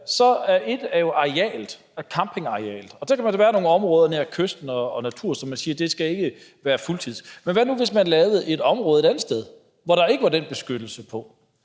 arealet, altså campingarealet, og der kan være nogle områder nær kysten og nær noget natur, som man siger ikke skal være fuldtids. Men hvad nu, hvis man lavede et område et andet sted, som der ikke var den beskyttelse på?